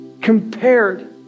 compared